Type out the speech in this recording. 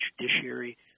judiciary